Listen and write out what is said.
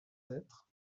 hêtres